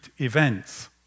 events